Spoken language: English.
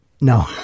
No